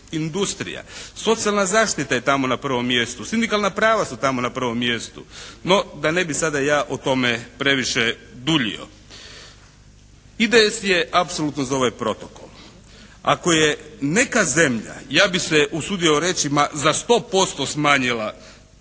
industrija. Socijalna zaštita je tamo na prvom mjestu. Sindikalna prava su tamo na prvom mjestu. No da ne bi sada ja o tome previše duljio. IDS je apsolutno za ovaj Protokol. Ako je neka zemlja, ja bih se usudio ma za 100% smanjila